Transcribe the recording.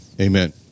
Amen